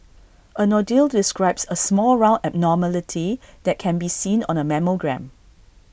A nodule describes A small round abnormality that can be seen on A mammogram